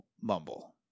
Mumble